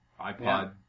iPod